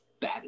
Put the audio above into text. bad